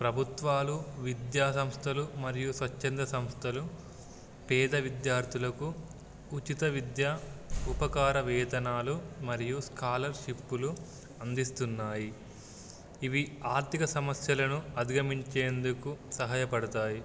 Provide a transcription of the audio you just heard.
ప్రభుత్వాలు విద్యా సంస్థలు మరియు స్వచ్ఛంద సంస్థలు పేద విద్యార్థులకు ఉచిత విద్య ఉపకార వేతనాలు మరియు స్కాలర్షిప్లు అందిస్తున్నాయి ఇవి ఆర్థిక సమస్యలను అధిగమించేందుకు సహాయపడతాయి